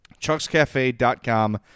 Chuckscafe.com